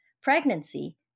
pregnancy